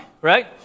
right